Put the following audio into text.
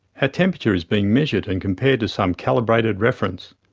ah temperature is being measured, and compared to some calibrated reference.